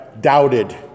doubted